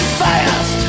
fast